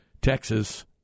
Texas